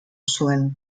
zuen